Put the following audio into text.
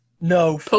No